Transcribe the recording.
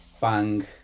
bang